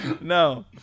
No